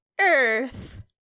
Earth